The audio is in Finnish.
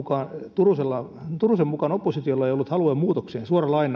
turusen turusen mukaan oppositiolla ei ollut halua muutokseen